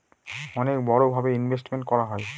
অনেক বড়ো ভাবে ইনভেস্টমেন্ট করা হয়